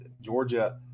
Georgia